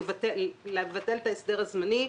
לבטל את ההסדר הזמני,